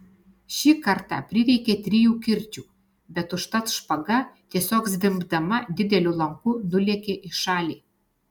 šį kartą prireikė trijų kirčių bet užtat špaga tiesiog zvimbdama dideliu lanku nulėkė į šalį